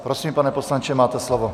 Prosím, pane poslanče, máte slovo.